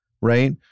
right